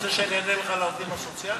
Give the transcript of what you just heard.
בגלל הפגרה.